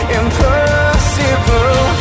impossible